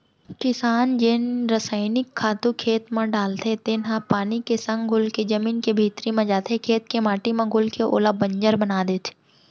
किसान जेन रसइनिक खातू खेत म डालथे तेन ह पानी के संग घुलके जमीन के भीतरी म जाथे, खेत के माटी म घुलके ओला बंजर बना देथे